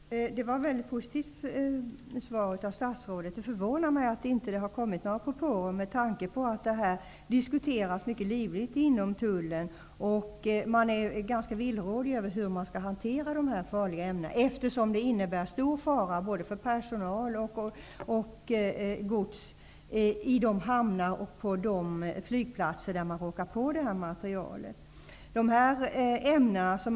Fru talman! Det var väldigt positivt. Det förvånar mig att det inte har kommit några propåer med tanke på att det här diskuteras mycket livligt inom tullen. Man är ganska villrådig över hur man skall hantera dessa farliga ämnen, eftersom det innebär stor fara både för personal och för gods i de hamnar och på de flygplatser där personalen råkar på dessa ämnen.